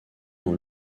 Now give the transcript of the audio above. dans